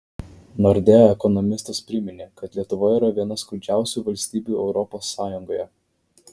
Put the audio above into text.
nordea ekonomistas priminė kad lietuva yra viena skurdžiausių valstybių europos sąjungoje